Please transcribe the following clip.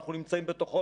אנחנו נמצאים בתוכו,